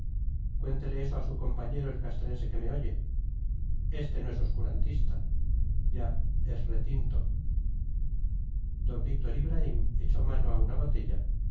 eso a su compañero el castrense que me oye este no es obscurantista ya es retinto d víctor ibraim echó mano a una botella